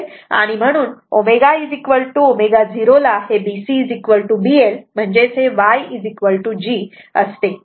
म्हणून ωω0 ला B CB L म्हणजेच YG असते